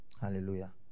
Hallelujah